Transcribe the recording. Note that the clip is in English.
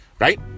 right